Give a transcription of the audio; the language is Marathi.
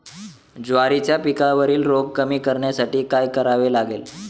ज्वारीच्या पिकावरील रोग कमी करण्यासाठी काय करावे लागेल?